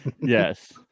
Yes